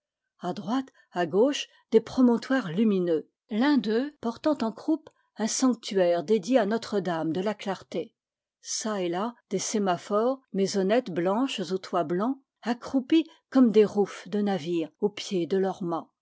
à droite à gauche des promon toires lumineux l'un d'eux portant en croupe un sanctuairedédié à notre-dame de la clarté çà et là des sémaphores maisonnettes blanches aux toits blancs accroupis comme des roufs de navire au pied de leurs mâts